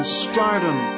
stardom